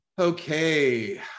Okay